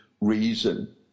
reason